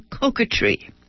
coquetry